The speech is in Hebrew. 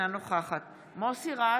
אינה נוכחת מוסי רז,